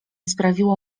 sprawiło